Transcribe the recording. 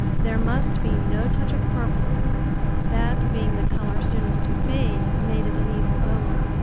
there must be no touch of purple that being the color soonest to fade made it an evil omen.